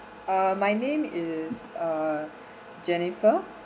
uh my name is uh jennifer